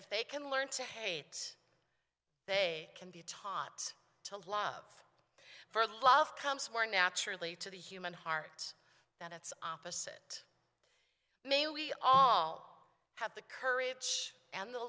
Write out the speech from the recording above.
if they can learn to hate they can be taught to love for love comes more naturally to the human heart that its opposite may we all have the courage and the